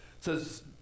says